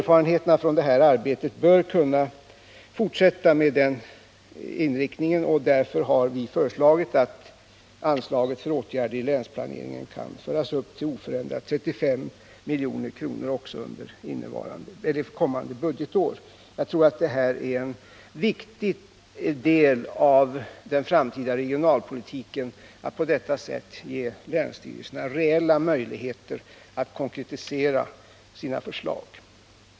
Detta arbete bör kunna fortsätta med den inriktningen, och därför har vi ansett att anslaget för åtgärder i länsplaneringen kan föras upp med oförändrat 35 milj.kr. också kommande budgetår. Jag tror att det är en viktig del av den framtida regionalpolitiken att på detta sätt ge länsstyrelserna reella möjligheter att konkretisera sina förslag.